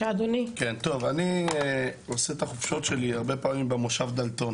אני עושה את החופשות שלי הרבה פעמים במושב דלתון